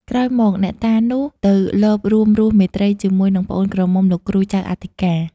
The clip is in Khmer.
ក្រោយមកអ្នកតានោះ ទៅលបរួមរស់មេត្រីជាមួយនឹងប្អូនក្រមុំលោកគ្រូចៅអធិការ ។